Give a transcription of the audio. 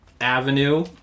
Avenue